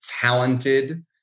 talented